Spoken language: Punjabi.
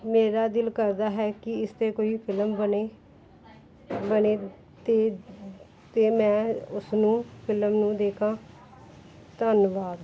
ਮੇਰਾ ਦਿਲ ਕਰਦਾ ਹੈ ਕਿ ਇਸ 'ਤੇ ਕੋਈ ਫਿਲਮ ਬਣੇ ਬਣੇ ਅਤੇ ਅਤੇ ਮੈਂ ਉਸ ਨੂੰ ਫਿਲਮ ਨੂੰ ਦੇਖਾ ਧੰਨਵਾਦ